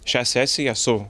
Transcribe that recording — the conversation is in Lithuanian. šią sesiją su